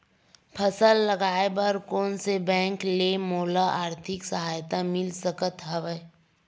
फसल लगाये बर कोन से बैंक ले मोला आर्थिक सहायता मिल सकत हवय?